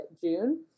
June